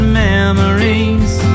memories